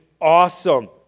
awesome